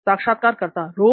साक्षात्कारकर्ता रोज